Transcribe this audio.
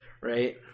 right